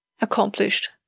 accomplished